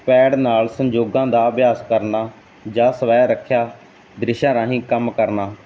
pad ਨਾਲ ਸੰਯੋਗਾਂ ਦਾ ਅਭਿਆਸ ਕਰਨਾ ਜਾਂ ਸਵੈ ਰੱਖਿਆ ਦ੍ਰਿਸ਼ਾਂ ਰਾਹੀਂ ਕੰਮ ਕਰਨਾ